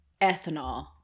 ethanol